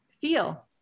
feel